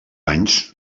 anys